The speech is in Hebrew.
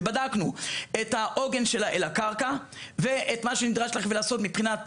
ובדקנו את העוגן שלה אל הקרקע ואת מה שנדרש לעשות מבחינת